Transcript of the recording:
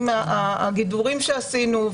האם הגידורים שעשינו,